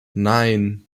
nein